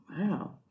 Wow